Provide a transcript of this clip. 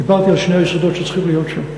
דיברתי על שני היסודות שצריכים להיות שם: